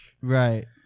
Right